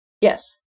Yes